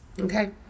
Okay